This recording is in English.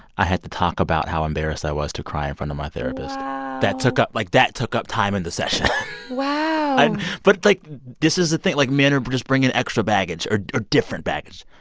i had to talk about how embarrassed i was to cry in front of my therapist wow that took up like, that took up time in the session wow i but, like, this is the thing. like, men are just bringing extra baggage or different baggage,